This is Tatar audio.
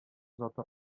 заты